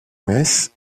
messes